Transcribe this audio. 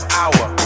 hour